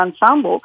ensemble